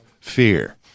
fear